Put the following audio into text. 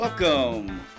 Welcome